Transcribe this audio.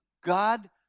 God